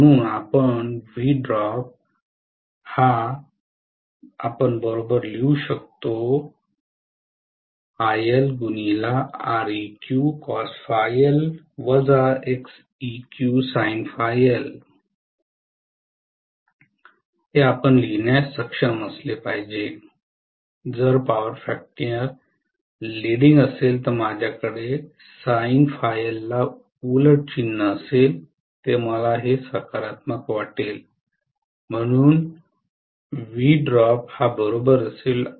म्हणून आपण लिहिण्यास सक्षम असले पाहिजे जर पॉवर फॅक्टर लिडिंग असेल तर माझ्याकडे ला उलट चिन्ह असेल ते मला हे सकारात्मक वाटेल म्हणून ते असेल